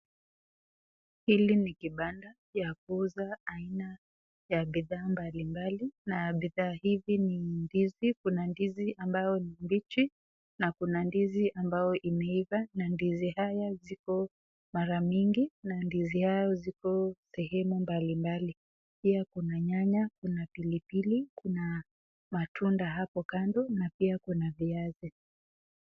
Hii ni kibanda ya kuuza aina ya bidhaa mbali mbali, na bidhaa hizi ni ndizi ambayo ni mbichichi na Kuna ndizi ambayo imeiva na ndizi hizo ziko sehemu mbali mbali, pia Kuna nyannya.